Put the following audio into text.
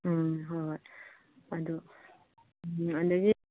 ꯎꯝ ꯍꯣꯏ ꯍꯣꯏ ꯑꯗꯨ ꯑꯗꯒꯤ